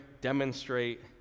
demonstrate